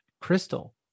crystal